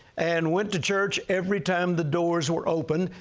and went to church every time the doors were open.